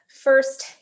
first